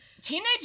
teenage